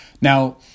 Now